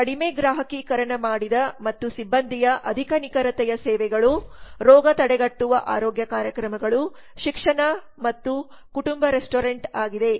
ಕಡಿಮೆ ಗ್ರಾಹಕೀಕರಣ ಮಾಡಿದ ಮತ್ತು ಸಿಬ್ಬಂದಿಯ ಅಧಿಕ ನಿಖರತೆಯ ಸೇವೆಗಳು ರೋಗ ತಡೆಗಟ್ಟುವ ಆರೋಗ್ಯ ಕಾರ್ಯಕ್ರಮಗಳು ಶಿಕ್ಷಣ ಮತ್ತು ಕುಟುಂಬ ರೆಸ್ಟೋರೆಂಟ್ ಆಗಿದೆ